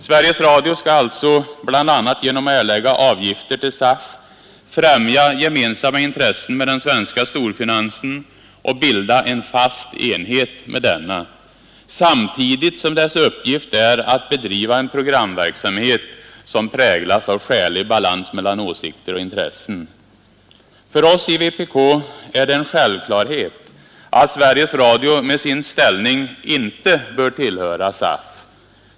Sveriges Radio skall alltså bl.a. genom att erlägga avgifter till SAF främja gemensamma intressen med den svenska storfinansen och bilda en fast enhet med denna, samtidigt som dess uppgift är att bedriva en programverksamhet som präglas av ”skälig balans mellan åsikter och intressen”. För oss i vpk är det en självklarhet att Sveriges Radio med sin ställning inte bör tillhöra SAF.